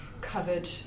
covered